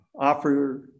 offer